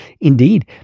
Indeed